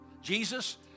Jesus